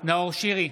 נאור שירי,